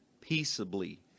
peaceably